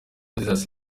nkurunziza